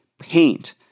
paint